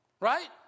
Right